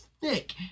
thick